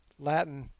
latin,